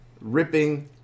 ripping